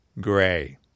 gray